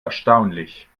erstaunlich